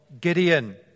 Gideon